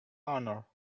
honor